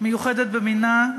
מיוחדת במינה,